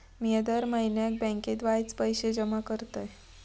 मिया दर म्हयन्याक बँकेत वायच पैशे जमा करतय